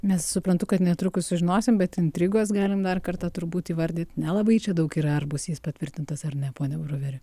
mes suprantu kad netrukus sužinosim bet intrigos galim dar kartą turbūt įvardyt nelabai čia daug yra ar bus jis patvirtintas ar ne pone bruveri